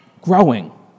growing